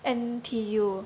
N_T_U